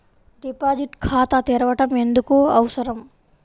Deposit ఖాతా తెరవడం ఎందుకు అవసరం?